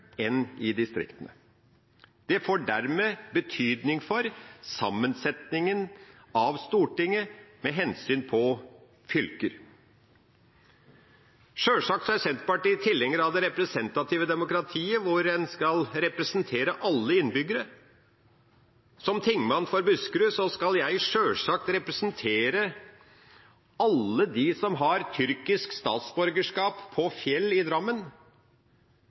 enn i distriktene. Det får dermed betydning for sammensetningen av Stortinget, med hensyn til fylker. Sjølsagt er Senterpartiet tilhenger av det representative demokratiet, der en skal representere alle innbyggere. Som tingmann for Buskerud skal jeg sjølsagt representere alle dem på Fjell i Drammen som har tyrkisk statsborgerskap – som bor i Drammen